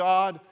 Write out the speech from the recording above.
God